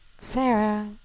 Sarah